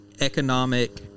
economic